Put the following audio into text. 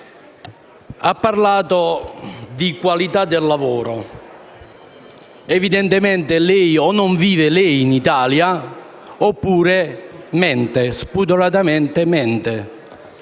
Ha parlato di qualità del lavoro; evidentemente o lei non vive in Italia oppure mente spudoratamente,